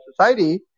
society